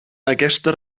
aquesta